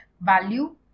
value